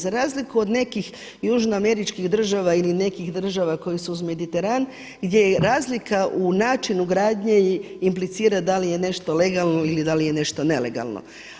Za razliku od nekih južnoameričkih država ili nekih država koje su uz Mediteran gdje je razlika u načinu gradnje implicira da li je nešto legalno ili da li je nešto nelegalno.